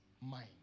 mind